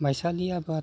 माइसालि आबाद